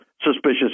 suspicious